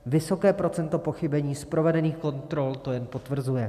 Vysoké procento pochybení z provedených kontrol to jen potvrzuje.